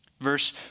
verse